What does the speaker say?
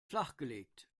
flachgelegt